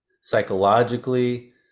psychologically